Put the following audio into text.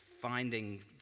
finding